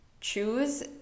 choose